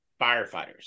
firefighters